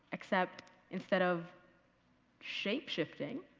except instead of shape shifting,